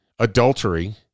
Adultery